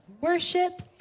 worship